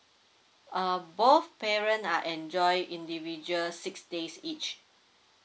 uh both parent are enjoy individual six days each